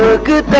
ah good